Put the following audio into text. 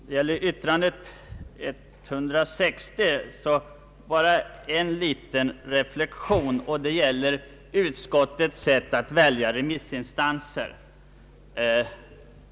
Herr talman! Vad gäller statsutskottets utlåtande nr 160 vill jag göra en liten reflexion. Den avser utskottets sätt att välja remissinstanser.